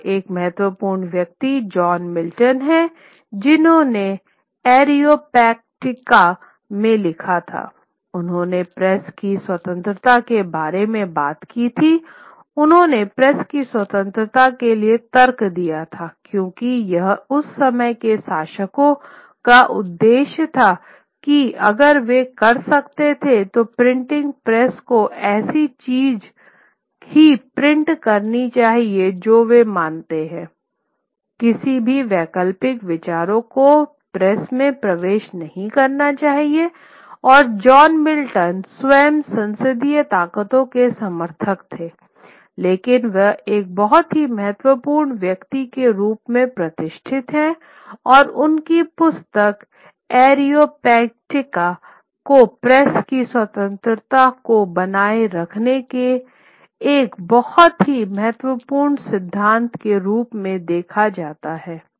और एक महत्वपूर्ण व्यक्ति जॉन मिल्टन हैं जिन्होंने एरोपैजिटिका में लिखा था उन्होंने प्रेस की स्वतंत्रता के बारे में बात की थी उन्होंने प्रेस की स्वतंत्रता के लिए तर्क दिया क्योंकि यह उस समय के शासकों का उद्देश्य था कि अगर वे कर सकते थे तो प्रिंटिंग प्रेस को ऐसी चीजें ही प्रिंट करनी चाहिए जो वे मानते हैं किसी भी वैकल्पिक विचारों को प्रेस में प्रवेश नहीं करना चाहिए और जॉन मिल्टन स्वयं संसदीय ताक़तों के समर्थक थे लेकिन वह एक बहुत ही महत्वपूर्ण व्यक्ति के रूप में प्रतिष्ठित हैं और उनकी पुस्तक एरोपैजिटिका को प्रेस की स्वतंत्रता को बनाए रखने के एक बहुत ही महत्वपूर्ण सिद्धांत के रूप में देखा जाता है